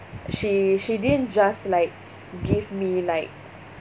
she she didn't just like give me like